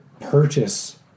purchase